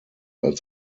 als